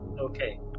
Okay